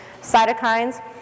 cytokines